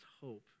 hope